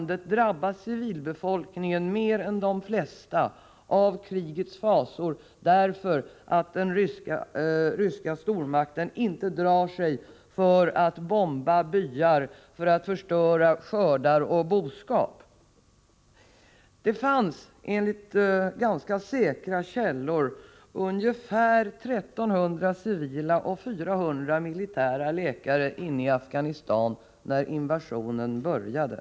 Där drabbas civilbefolkningen mer än de flesta av krigets fasor, därför att den ryska stormakten inte drar sig för att bomba byar, förstöra skördar och döda boskap. Det fanns enligt ganska säkra källor ungefär 1 300 civila och 400 militära läkare inne i Afghanistan när invasionen började.